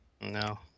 no